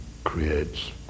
creates